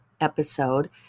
episode